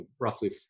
roughly